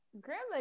Grandma